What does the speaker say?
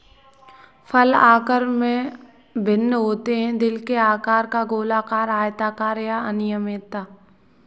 फल आकार में भिन्न होते हैं, दिल के आकार का, गोलाकार, आयताकार या अनियमित